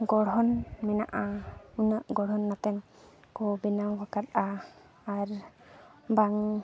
ᱜᱚᱲᱦᱚᱱ ᱢᱮᱱᱟᱜᱼᱟ ᱩᱱᱟᱹᱜ ᱜᱚᱲᱦᱚᱱᱟᱛᱮᱫ ᱠᱚ ᱵᱮᱱᱟᱣ ᱟᱠᱟᱫᱼᱟ ᱟᱨ ᱵᱟᱝ